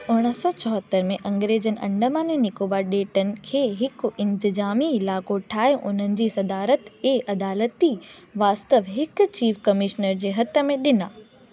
उणिवीह सौ चोहतर में अंग्रेजनि अंडमान ऐं निकोबारु ॿेटनि खे हिकु इंतज़ामी इलाइक़ो ठाहे उन्हनि जी सदारत ऐं अदालती वास्तव हिकु चीफ़ कमिशनर जे हथु में ॾिना